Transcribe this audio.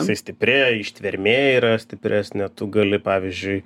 tai stiprėja ištvermė yra stipresnė tu gali pavyzdžiui